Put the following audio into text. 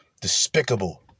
despicable